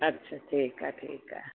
अच्छा ठीकु आहे ठीकु आहे